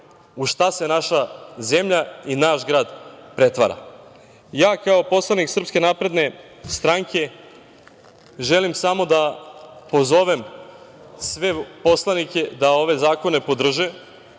u šta se naša zemlja i naš grad pretvara. Ja kao poslanik SNS želim samo da pozovem sve poslanike da ove zakone podrže,